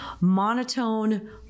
monotone